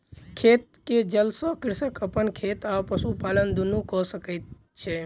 खेत के जल सॅ कृषक अपन खेत आ पशुपालन दुनू कय सकै छै